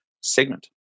segment